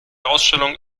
ausstellung